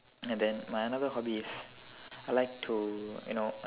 and then my another hobby is I like to you know